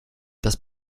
das